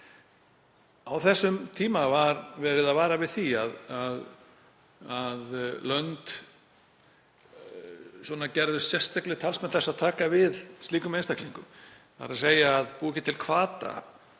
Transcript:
Á þessum tíma var verið að vara við því að lönd gerðust sérstaklega talsmenn þess að taka við slíkum einstaklingum, þ.e. að búa ekki til hvata